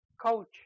coach